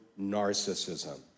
narcissism